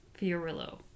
Fiorillo